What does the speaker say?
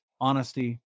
Honesty